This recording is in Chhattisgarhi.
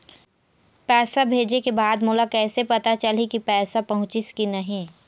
पैसा भेजे के बाद मोला कैसे पता चलही की पैसा पहुंचिस कि नहीं?